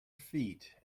feet